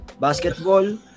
Basketball